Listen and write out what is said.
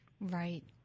right